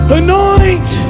anoint